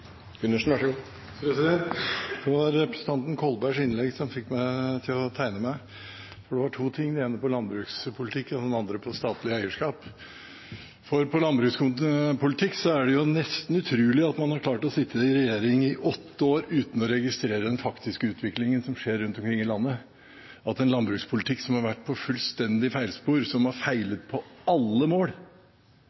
Kolbergs innlegg som fikk meg til å tegne meg. Det var to ting – den ene går på landbrukspolitikk og den andre på statlig eierskap. Når det gjelder landbrukspolitikk, er det nesten utrolig at man har klart å sitte i regjering i åtte år uten å registrere den faktiske utviklingen som skjer rundt omkring i landet. Vi har hatt en landbrukspolitikk som har vært på fullstendig feilspor, som har